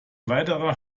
weiterer